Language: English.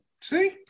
See